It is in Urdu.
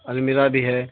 المیرہ بھی ہے